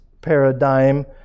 paradigm